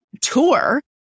tour